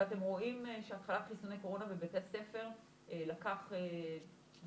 ואתם רואים שהתחלת חיסוני קורונה בבתי הספר לקח בערך